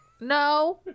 No